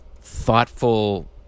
thoughtful